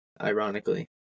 ironically